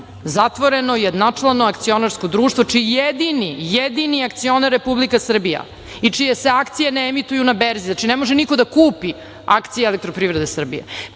zatvoreno, jednočlano akcionarsko društvo, čiji jedini, jedini akcionar je Republika Srbija i čije se akcije ne emituju na berzi. Znači, ne može niko da kupi akcije EPS.Pričate,